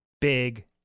big